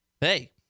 Hey